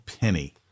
penny